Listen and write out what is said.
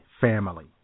family